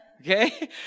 Okay